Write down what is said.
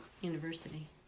University